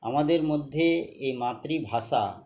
আমাদের মধ্যে এই মাতৃভাষা